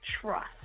trust